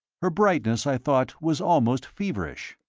her brightness i thought was almost feverish.